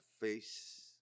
face